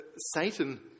Satan